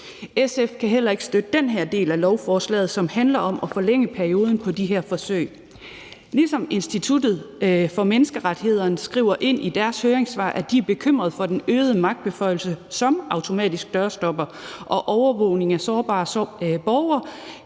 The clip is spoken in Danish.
SF kan heller ikke støtte den her del af lovforslaget, som handler om at forlænge perioden på de her forsøg. Institut for Menneskerettigheder skriver i deres høringssvar, at de er bekymret for, at den øgede magtbeføjelse med automatiske dørstoppere og overvågning af sårbare borgere